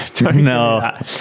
No